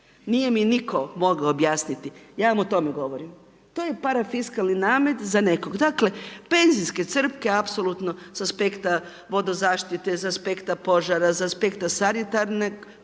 Nije mi nitko mogao objasniti. Ja vam o tome govorim. To je parafiskalni namet za nekog. Dakle benzinske crpke apsolutno s aspekta vodozaštite, s aspekta požara, s aspekta sanitarnog